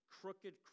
crooked